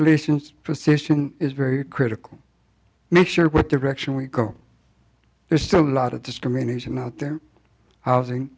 relations position is very critical make sure what the reaction we go there's still a lot of discrimination out there housing